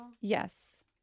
Yes